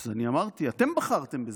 אז אמרתי: אתם בחרתם בזה.